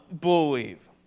believe